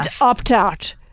opt-out